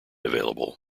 available